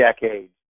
decades